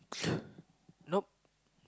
nope